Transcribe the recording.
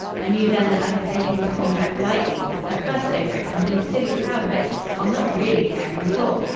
i knew then that i had taken his coming back lightly had fussed over it and been silly-proud of it while not really caring at all.